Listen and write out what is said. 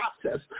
process